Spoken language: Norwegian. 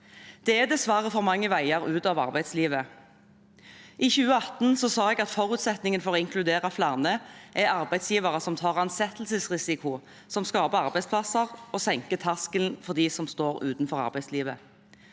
Det er dessverre for mange veier ut av arbeidslivet. I 2018 sa jeg at forutsetningen for å inkludere flere er arbeidsgivere som tar ansettelsesrisiko, skaper arbeidsplasser og senker terskelen for dem som står utenfor arbeidslivet.